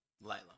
Lila